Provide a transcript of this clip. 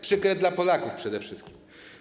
Przykre dla Polaków przede wszystkim.